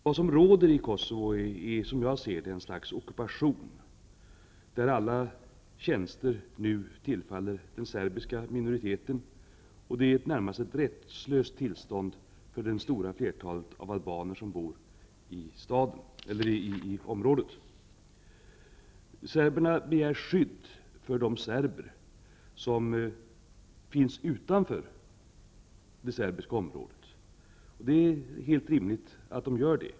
Vad som råder i Kosovo är, som jag ser det, ett slags ockupation, där alla tjänster nu tillfaller den serbiska minoriteten. Det är närmast ett rättslöst tillstånd för det stora flertalet albaner som bor i området. Serberna begär skydd för de serber som finns utanför det serbiska området. Det är helt rimligt att de gör det.